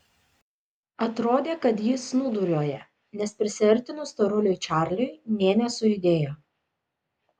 atrodė kad jis snūduriuoja nes prisiartinus storuliui čarliui nė nesujudėjo